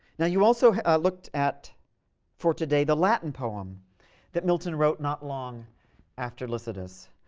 now you also looked at for today the latin poem that milton wrote not long after lycidas.